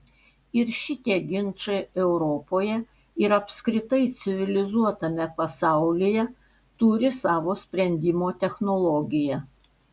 ir šitie ginčai europoje ir apskritai civilizuotame pasaulyje turi savo sprendimo technologiją